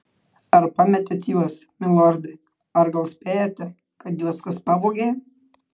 ar pametėt juos milorde ar gal spėjate kad juos kas pavogė